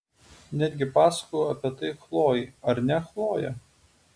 netgi pasakojau apie tai chlojei ar ne chloje